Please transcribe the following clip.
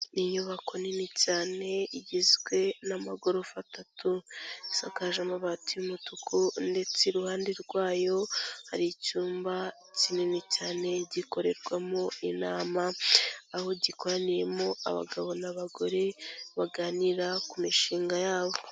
Ni inyubako nini cyane igizwe n'amagorofa atatu, isakaje amabati y'umutuku, ndetse iruhande rwayo hari icyumba kinini cyane gikorerwamo inama. Aho gikoraniyemo abagabo n'abagore, baganira ku mishinga yabo.